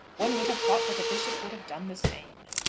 one would have thought that a bishop would have done the same.